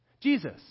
Jesus